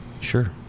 Sure